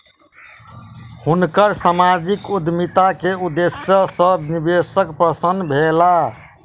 हुनकर सामाजिक उद्यमिता के उदेश्य सॅ निवेशक प्रसन्न भेला